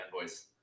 voice